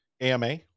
AMA